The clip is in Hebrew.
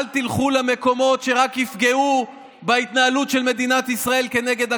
אל תלכו למקומות שרק יפגעו בהתנהלות של מדינת ישראל כנגד הקורונה.